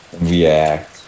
react